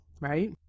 right